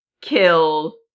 kill